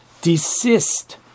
desist